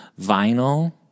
vinyl